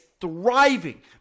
thriving